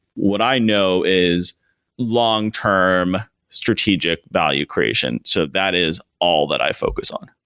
what i know is long term strategic value creation. so that is all that i focus on.